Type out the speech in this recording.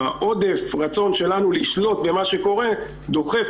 עודף הרצון שלנו לשלוט במה שקורה דוחף